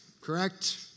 Correct